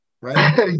right